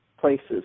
places